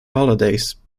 holidays